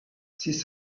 six